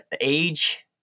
age